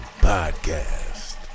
Podcast